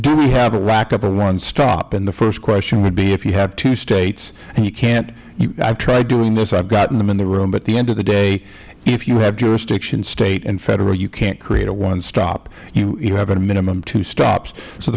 said have a lack of a one stop and the first question would be if you have two states and you cant i have tried doing this i have gotten them in the room but at the end of the day if you have jurisdiction state and federal you cant create a one stop you have at a minimum two stops so